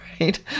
right